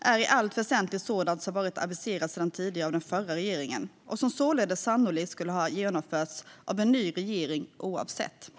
är i allt väsentligt sådant som varit aviserat sedan tidigare av den förra regeringen och som således sannolikt skulle ha genomförts av en ny regering oavsett.